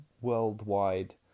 worldwide